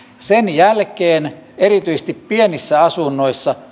sen jälkeen erityisesti pienissä asunnoissa